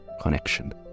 connection